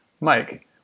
Mike